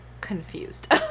confused